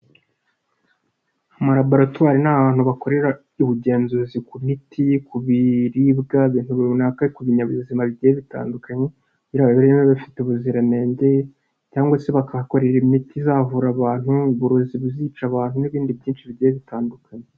Amalaboratwari ni abantu bakorera ubugenzuzi ku miti, ku biribwa, ibintu runaka, ku binyabuzima bitandukanye, kugira barere niba bfite ubuziranenge cyangwa se bakahakorera imiti izavura abantu, uburozi buzica abantu n'ibindi byinshi bigiye bitandukanye.